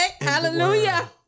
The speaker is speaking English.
Hallelujah